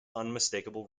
unmistakable